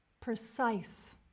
Precise